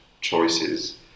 choices